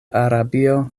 arabio